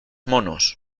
monos